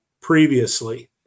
previously